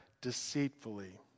deceitfully